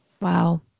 Wow